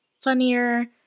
funnier